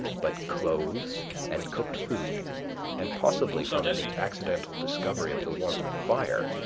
but clothes and cooked food and possibly from the accidental discovery of the warmth of fire,